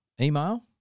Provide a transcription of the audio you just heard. email